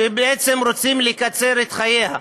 שבעצם רוצים לקצר את חייה.